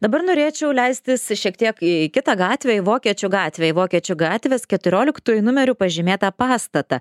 dabar norėčiau leistis šiek tiek į kitą gatvę į vokiečių gatvę į vokiečių gatvės keturioliktuoju numeriu pažymėtą pastatą